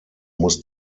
muss